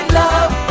love